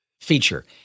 feature